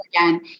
again